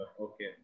okay